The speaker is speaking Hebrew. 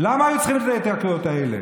למה היו צריכים את ההתייקרויות האלה?